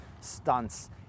stunts